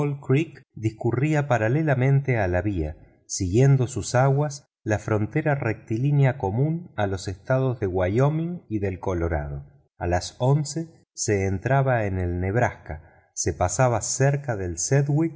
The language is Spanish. discurría paralelamente a la vía siguiendo sus aguas la frontera rectilínea común a los estados de wyoming y de colorado a las once entraban en nebraska pasaban cerca de